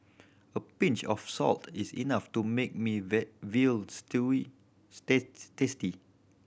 a pinch of salt is enough to make me veal stew tasty